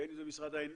בין אם זה משרד האנרגיה,